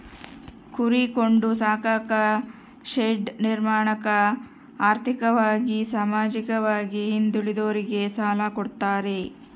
ಕುರಿ ಕೊಂಡು ಸಾಕಾಕ ಶೆಡ್ ನಿರ್ಮಾಣಕ ಆರ್ಥಿಕವಾಗಿ ಸಾಮಾಜಿಕವಾಗಿ ಹಿಂದುಳಿದೋರಿಗೆ ಸಾಲ ಕೊಡ್ತಾರೆ